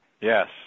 Yes